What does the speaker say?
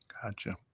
Gotcha